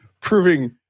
Proving